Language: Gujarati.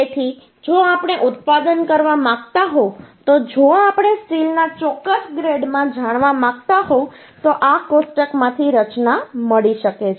તેથી જો આપણે ઉત્પાદન કરવા માંગતા હોવ તો જો આપણે સ્ટીલના ચોક્કસ ગ્રેડમાં જાણવા માંગતા હોવ તો આ કોષ્ટકમાંથી રચના મળી શકે છે